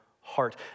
heart